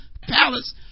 palace